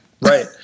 Right